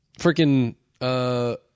freaking